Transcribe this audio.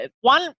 one